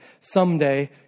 someday